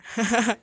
okay fine